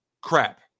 crap